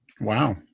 Wow